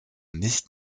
nicht